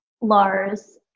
Lars